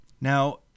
Now